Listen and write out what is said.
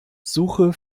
suche